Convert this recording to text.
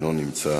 אינו נמצא.